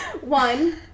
one